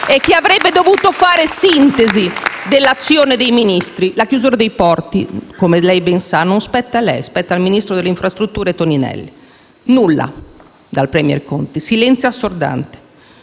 e che avrebbe dovuto fare sintesi dell'azione dei Ministri. La chiusura dei porti, come lei ben sa, non spetta a lei, ma spetta al ministro delle infrastrutture Toninelli. Nulla dal *premier* Conte, silenzio assordante.